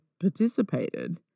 participated